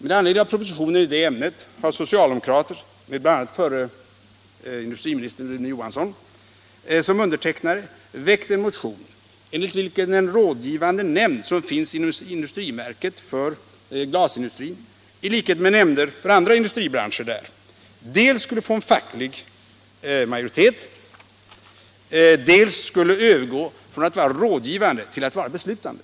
Med anledning av propositionen i det ämnet har socialdemokrater med bl.a. förre industriministern Rune Johansson som undertecknare väckt en motion, enligt vilken den rådgivande nämnd som finns inom industriverket för glasindustrin, i likhet med nämnder för andra industribranscher där, dels skulle få en facklig majoritet, dels skulle övergå från att vara rådgivande till att vara beslutande.